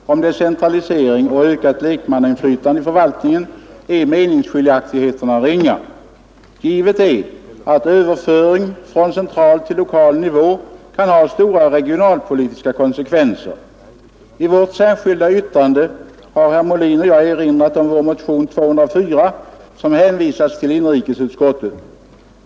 Herr talman! I dessa viktiga frågor om decentralisering och ökat lekmannainflytande i förvaltningen är meningsskiljaktigheterna ringa. Givet är att överföringen från central till lokal nivå kan ha stora regionalpolitiska konsekvenser. I vårt särskilda yttrande erinrar herr Molin och jag om vår motion nr 204 som hänvisats till inrikesutskottet.